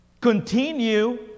continue